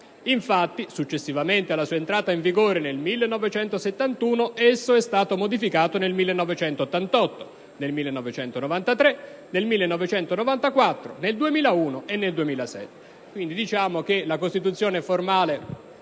Infatti, successivamente alla sua entrata in vigore nel 1971, esso è stato modificato nel 1988, nel 1993, nel 1999, nel 2001 e nel 2007».